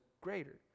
greater